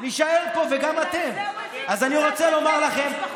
בגלל זה, משפחות שכולות.